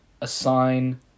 assign